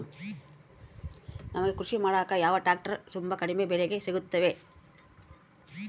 ನಮಗೆ ಕೃಷಿ ಮಾಡಾಕ ಯಾವ ಟ್ರ್ಯಾಕ್ಟರ್ ತುಂಬಾ ಕಡಿಮೆ ಬೆಲೆಗೆ ಸಿಗುತ್ತವೆ?